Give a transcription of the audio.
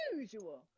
usual